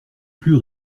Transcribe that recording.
plus